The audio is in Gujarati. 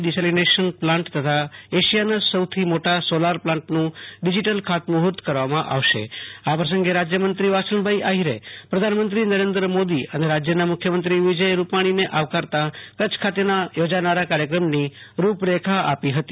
ડીસેલીનેશન પ્લાન્ટ તથા એશીયાના સોથી મોટા સોલાર પ્લાન્ટનું ડીજીટલ ખાતમુદ્ર્ત કરવામાં આવશ્રેઆ પ્રસંગે રાજ્યમંત્રી વાસણભાઈ આહિરે પ્રધાનમંત્રી નરેન્દ્ર મોદી અને રાજ્યના મુખ્યમંત્રી શ્રી વિજયભાઈ રૂપાણીને આવકારતા કચ્છ ખાતેના યોજાનાર કાર્યક્રમની રૂપરેખા જણાવી હતી